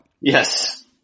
Yes